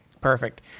Perfect